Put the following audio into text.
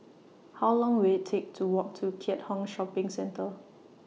How Long Will IT Take to Walk to Keat Hong Shopping Centre